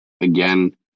again